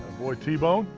attaboy, t-bone.